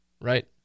right